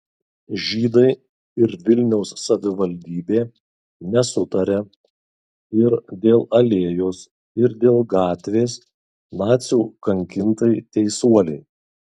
žydai ir vilniaus savivaldybė nesutaria ir dėl alėjos ir dėl gatvės nacių kankintai teisuolei